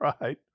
Right